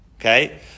Okay